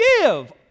give